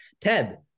Ted